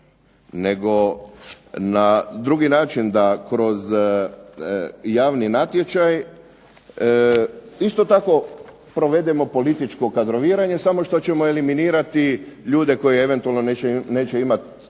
nego na drugi način da kroz javni natječaj isto tako provedemo političko kadroviranje samo što ćemo eliminirati ljude koji eventualno neće imati